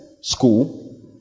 school